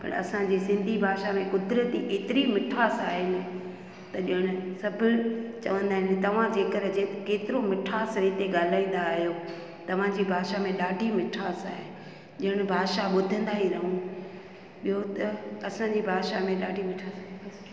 पर असांजी सिंधी भाषा में क़ुदिरती एतिरी मिठासि आहिनि त ॼण सभु चवंदा आहिनि तव्हांजे करे जेत केतिरो मिठासि सां हिते ॻाल्हाईंदा आहियो तव्हांजी भाषा में ॾाढी मिठासि आहे ॼण भाषा ॿुधंदा ई रहूं ॿियो त असांजी भाषा में ॾाढी मिठासि आहे